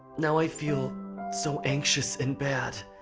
now i feel so anxious and bad!